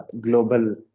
global